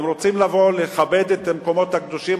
אם רוצים לבוא לכבד את המקומות הקדושים,